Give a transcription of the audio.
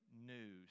news